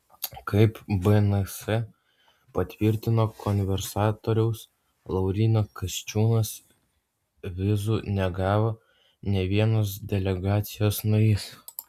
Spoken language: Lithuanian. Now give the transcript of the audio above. kaip bns patvirtino konservatorius laurynas kasčiūnas vizų negavo nė vienas delegacijos narys